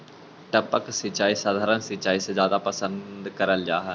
टपक सिंचाई सधारण सिंचाई से जादा पसंद करल जा हे